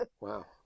Wow